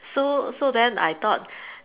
so so then I thought